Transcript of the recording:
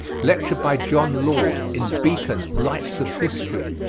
lecture by john lord, in beacon lights of history.